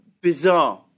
bizarre